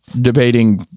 debating